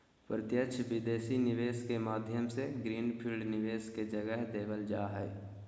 प्रत्यक्ष विदेशी निवेश के माध्यम से ग्रीन फील्ड निवेश के जगह देवल जा हय